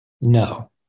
No